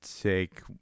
take